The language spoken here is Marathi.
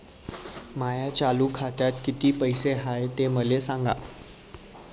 माया चालू खात्यात किती पैसे हाय ते मले सांगा